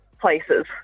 places